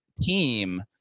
team